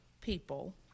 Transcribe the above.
people